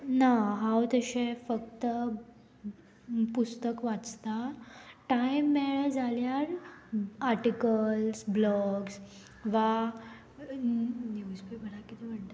ना हांव तशें फक्त पुस्तक वाचतां टायम मेळ्ळें जाल्यार आर्टिकल्स ब्लॉग्स वा निव्जपेपराक कितें म्हणटा